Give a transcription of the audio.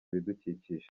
ibidukikije